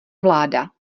vláda